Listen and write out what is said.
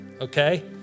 okay